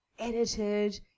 edited